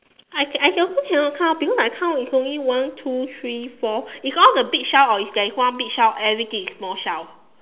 I I also cannot count because I count it's only one two three four it's all the big shell or is there is one big shell everything is small shell